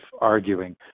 arguing